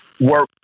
work